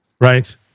right